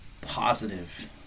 positive